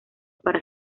para